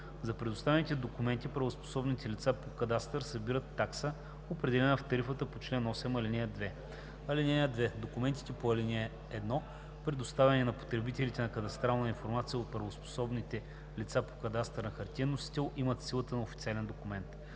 За предоставените документи правоспособните лица по кадастър събират таксата, определена в тарифата по чл. 8, ал. 2. (2) Документите по ал. 1, предоставени на потребителите на кадастрална информация от правоспособните лица по кадастър на хартиен носител, имат силата на официален документ.